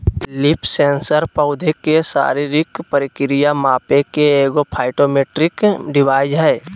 leaf sensor पौधा के शारीरिक प्रक्रिया मापे के एगो फाइटोमेट्रिक डिवाइस हइ